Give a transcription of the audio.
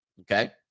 Okay